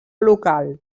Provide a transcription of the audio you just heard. local